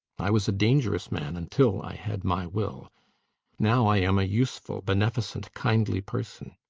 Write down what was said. i was a dangerous man until i had my will now i am a useful, beneficent, kindly person.